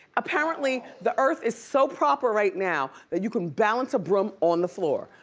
apparently, the earth is so proper right now that you can balance a broom on the floor,